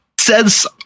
says